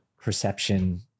perception